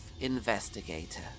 Investigator